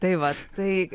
tai va tai